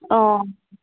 অঁ